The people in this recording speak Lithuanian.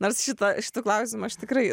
nors šitą šitą klausimą aš tikrai